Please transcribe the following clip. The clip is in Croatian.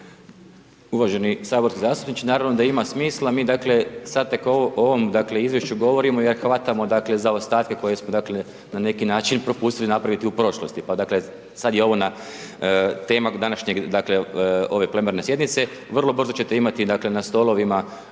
Uvaženi saborski zastupniče, naravno da ima smisla, mi dakle sad tek o ovom dakle izvješću govorimo jer hvatamo dakle zaostatke koje smo dakle na neki način propustili napraviti u prošlosti pa dakle sada je ovo tema današnjeg, dakle ove plenarne sjednice. Vrlo brzo ćete imati na stolovima